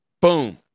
Boom